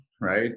right